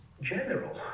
general